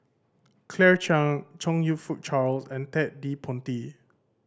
Claire Chiang Chong You Fook Charles and Ted De Ponti